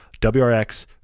WRX